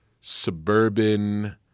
suburban